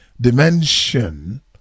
dimension